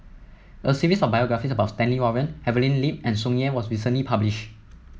a series of biographies about Stanley Warren Evelyn Lip and Tsung Yeh was recently publish